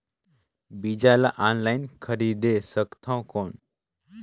बीजा ला ऑनलाइन खरीदे सकथव कौन?